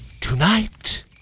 Tonight